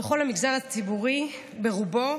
בכל המגזר הציבורי, ברובו,